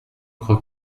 crois